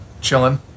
chilling